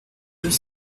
deux